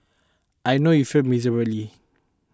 I know you failed miserably